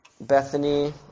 Bethany